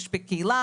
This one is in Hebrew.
הם קיבלו סל שיקום,